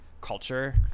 culture